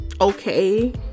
okay